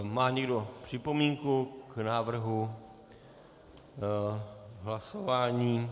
Má někdo připomínku k návrhu hlasování?